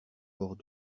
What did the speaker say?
hors